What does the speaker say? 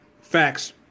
Facts